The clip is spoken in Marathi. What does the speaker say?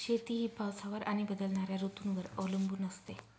शेती ही पावसावर आणि बदलणाऱ्या ऋतूंवर अवलंबून असते